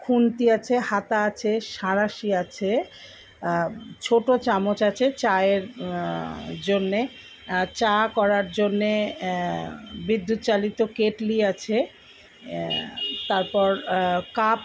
খুন্তি আছে হাতা আছে সাঁড়াশি আছে ছোটো চামচ আছে চায়ের জন্যে চা করার জন্যে বিদ্যুৎ চালিত কেটলি আছে তারপর কাপ